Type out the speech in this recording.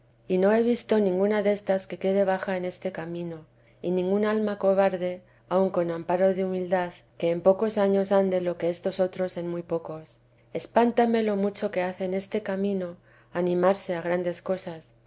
y no he visto ninguna destas que quede baja en este camino y ningún alma cobarde aun con amparo de humildad que en muchos años ande lo que estos otros en muy pocos espántame lo mucho que hace en este camino animarse a grandes cosas